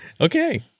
Okay